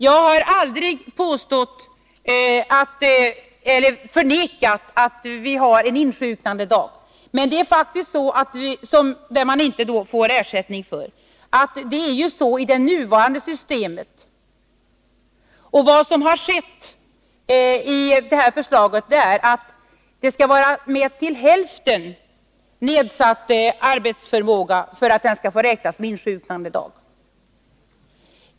Jag har aldrig förnekat att vi har en insjuknandedag, för vilken ingen ersättning utgår. Det är ju faktiskt så att det gäller även i det nuvarande systemet. Enligt förslaget görs ändringen att man skall ha till hälften nedsatt arbetsförmåga för att en viss dag skall få räknas som insjuknandedag.